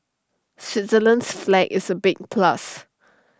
Switzerland's flag is A big plus